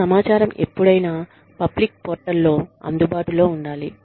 ఈ సమాచారం ఎప్పుడైనా పబ్లిక్ పోర్టల్లో అందుబాటులో ఉండాలి